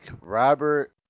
Robert